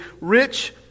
rich